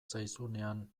zaizunean